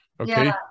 okay